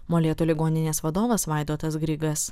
molėtų ligoninės vadovas vaidotas grigas